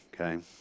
Okay